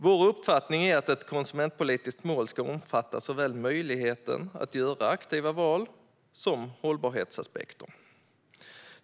Vår uppfattning är att ett konsumentpolitiskt mål ska omfatta såväl möjligheten att göra aktiva val som hållbarhetsaspekter.